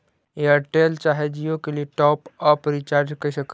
Airtel चाहे जियो के लिए टॉप अप रिचार्ज़ कैसे करी?